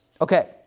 Okay